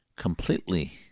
completely